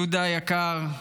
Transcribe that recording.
יהודה היקר,